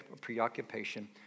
preoccupation